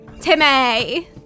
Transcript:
Timmy